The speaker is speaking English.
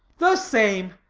the same.